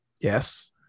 Yes